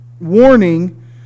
warning